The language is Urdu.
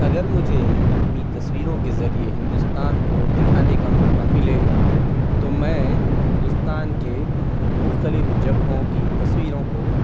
اگر مجھے اپنی تصویروں کے ذریعے ہندوستان کو دکھانے کا موقع ملے تو میں ہندوستان کے مختلف جگہوں کی تصویروں کو